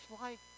life